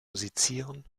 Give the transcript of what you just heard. musizieren